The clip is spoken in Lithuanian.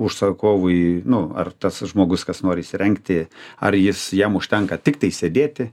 užsakovui nu ar tas žmogus kas nori įsirengti ar jis jam užtenka tiktai sėdėti